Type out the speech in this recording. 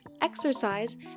exercise